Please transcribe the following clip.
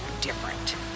different